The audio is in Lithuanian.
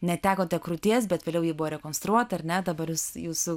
netekote krūties bet vėliau ji buvo rekonstruota ar ne dabar jūs jūsų